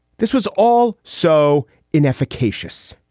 this was all so in efficacious.